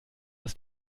ist